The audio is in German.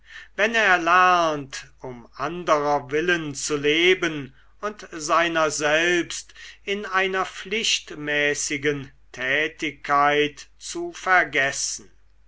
wenn er lernt um anderer willen zu leben und seiner selbst in einer pflichtmäßigen tätigkeit zu vergessen